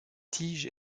tige